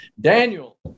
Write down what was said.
Daniel